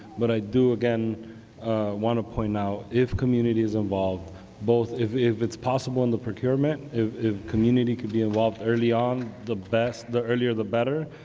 but i do again want to point out, if community is involved both, if if it's possible in the procurement, if if community could be involved early on, the best, the earlier the better,